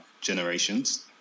generations